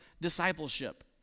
discipleship